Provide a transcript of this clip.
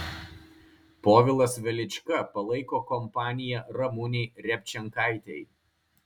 povilas velička palaiko kompaniją ramunei repčenkaitei